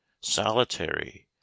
solitary